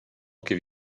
give